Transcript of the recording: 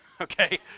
Okay